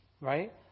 right